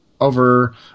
over